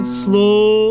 slow